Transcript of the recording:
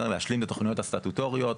להשלים את התכניות הסטטוטוריות,